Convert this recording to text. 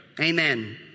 Amen